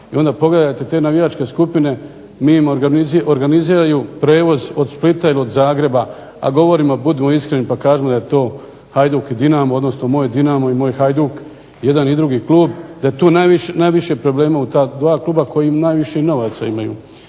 i onda pogledajte, te navijačke skupine organiziraju prijevoz od Splita ili Zagreba, a govorimo i budimo iskreni pa kažimo da je to Hajduk i Dinamo odnosno moj Dinamo i moj Hajduk jedan i drugi klub, da tu najviše ima problema u ta dva kluba koji najviše i novaca imaju.